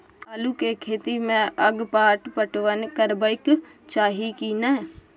आलू के खेती में अगपाट पटवन करबैक चाही की नय?